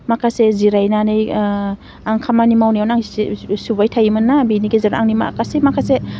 माखासे जिरायनानै आं खामानि मावनायाव सि सुबाय थायोमोनना बिनि गेजेराव आंनि माखासे माखासे